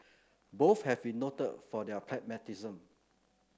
both have been noted for their pragmatism